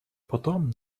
потом